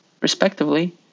respectively